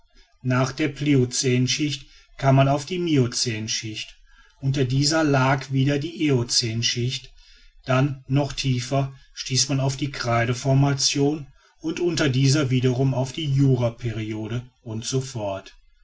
nach der pliocänschicht kam man auf die miocänschicht unter dieser lag wieder die eocänschicht dann noch tiefer stieß man auf die kreideformation und unter dieser wieder auf die juraperiode und